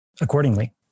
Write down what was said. accordingly